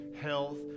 health